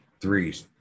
three